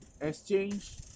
exchange